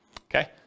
Okay